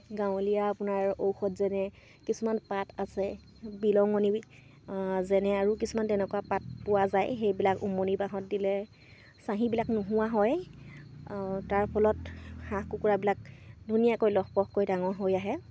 গাঁৱলীয়া আপোনাৰ ঔষধ যেনে কিছুমান পাত আছে বিহলঙনি যেনে আৰু কিছুমান তেনেকুৱা পাত পোৱা যায় সেইবিলাক উমনি বাঁহত দিলে চাহীবিলাক নোহোৱা হয় তাৰ ফলত হাঁহ কুকুৰাবিলাক ধুনীয়াকৈ লহপহকৈ ডাঙৰ হৈ আহে